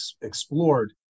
explored